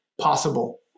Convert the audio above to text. possible